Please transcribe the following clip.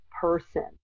person